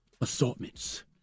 Assortments